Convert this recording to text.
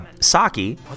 Saki